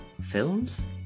films